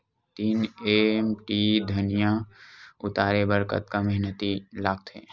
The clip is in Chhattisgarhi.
तीन एम.टी धनिया उतारे बर कतका मेहनती लागथे?